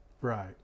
Right